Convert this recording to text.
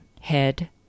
head